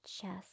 chest